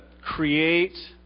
create